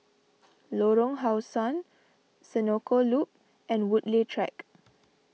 Lorong How Sun Senoko Loop and Woodleigh Track